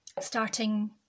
starting